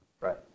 right